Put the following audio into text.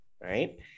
right